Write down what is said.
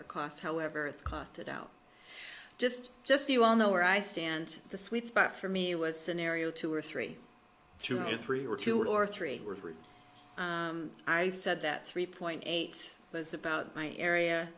or cost however it's costed out just just so you all know where i stand the sweet spot for me was scenario two or three two or three were two or three were i said that three point eight was about my area